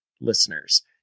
Listeners